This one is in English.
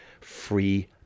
free